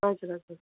हजुर हजुर